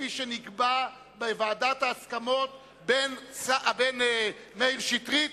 כפי שנקבע בוועדת ההסכמות בין מאיר שטרית